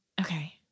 okay